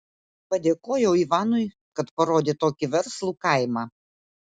padėkojau ivanui kad parodė tokį verslų kaimą